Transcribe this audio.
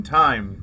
time